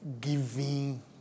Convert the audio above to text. giving